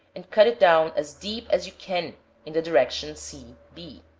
and cut it down as deep as you can in the direction c, b.